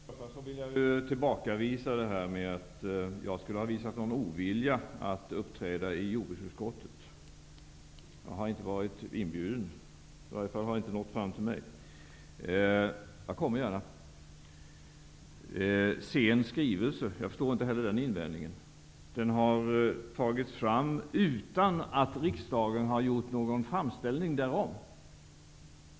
Herr talman! Först och främst vill jag tillbakavisa det som sades om att jag skulle ha visat en ovilja att uppträda i jordbruksutskottet. Jag har inte varit inbjuden. I varje fall har någon inbjudan inte nått fram till mig, men jag kommer gärna! För det andra förstår jag inte invändningen att skrivelsen skulle komma sent. Skrivelsen har ju tagits fram utan att riksdagen gjort någon framställning därom.